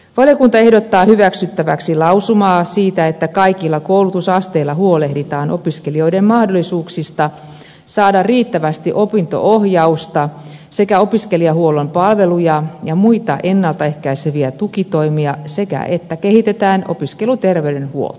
valiokunta ehdottaa hyväksyttäväksi lausumaa siitä että kaikilla koulutusasteilla huolehditaan opiskelijoiden mahdollisuuksista saada riittävästi opinto ohjausta sekä opiskelijahuollon palveluja ja muita ennalta ehkäiseviä tukitoimia sekä siitä että kehitetään opiskeluterveydenhuoltoa